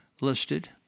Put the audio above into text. listed